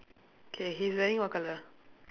K he's wearing what colour